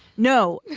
no,